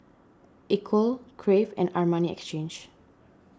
Equal Crave and Armani Exchange